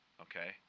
Okay